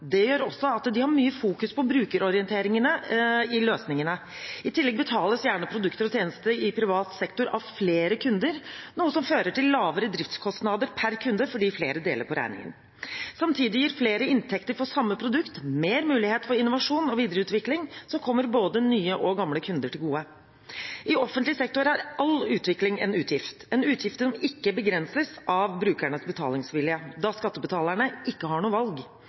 Det gjør også at de har mye fokus på brukerorienteringene i løsningene. I tillegg betales gjerne produkter og tjenester i privat sektor av flere kunder, noe som fører til lavere driftskostnader per kunde fordi flere deler på regningen. Samtidig gir flere inntekter for samme produkt mer mulighet for innovasjon og videreutvikling, som kommer både nye og gamle kunder til gode. I offentlig sektor har all utvikling en utgift, en utgift som ikke begrenses av brukernes betalingsvilje, da skattebetalerne ikke har noe valg.